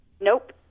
nope